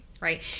right